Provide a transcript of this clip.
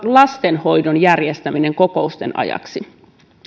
lastenhoidon järjestäminen kokousten ajaksi